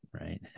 Right